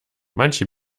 manche